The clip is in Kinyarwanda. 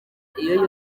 iyo